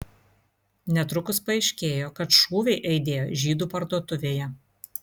netrukus paaiškėjo kad šūviai aidėjo žydų parduotuvėje